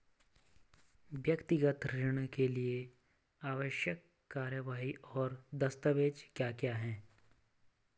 व्यक्तिगत ऋण के लिए आवश्यक कार्यवाही और दस्तावेज़ क्या क्या हैं?